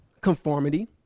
conformity